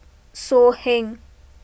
So Heng